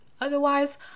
otherwise